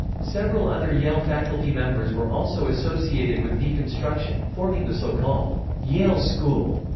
several other yale faculty members were also associated with deconstruction, forming the so-called yale school.